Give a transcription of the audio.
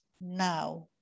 now